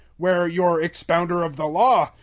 where your expounder of the law?